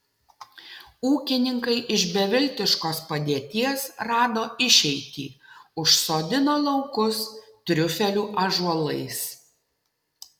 ūkininkai iš beviltiškos padėties rado išeitį užsodino laukus triufelių ąžuolais